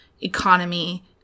economy